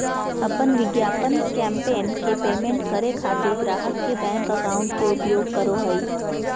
अपन विज्ञापन कैंपेन के पेमेंट करे खातिर ग्राहक के बैंक अकाउंट के उपयोग करो हइ